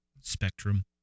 spectrum